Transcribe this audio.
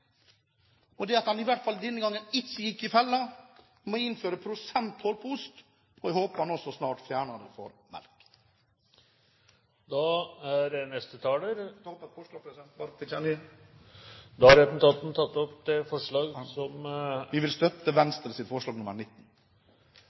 Det er at han denne gangen i hvert fall ikke gikk i fella med hensyn til å innføre prosenttoll på ost. Jeg håper han også snart fjerner det for melk. Vi vil støtte